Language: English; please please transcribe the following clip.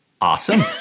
Awesome